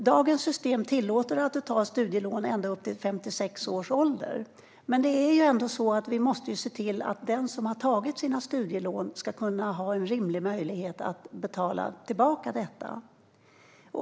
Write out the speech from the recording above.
Dagens system tillåter att man tar studielån ända upp till 56 års ålder. Men vi måste också se till att den som har tagit studielån ska ha en rimlig möjlighet att betala tillbaka det.